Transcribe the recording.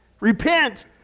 repent